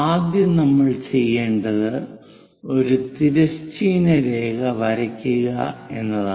ആദ്യം നമ്മൾ ചെയ്യേണ്ടത് ഒരു തിരശ്ചീന രേഖ വരയ്ക്കുക എന്നതാണ്